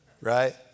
right